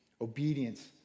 Obedience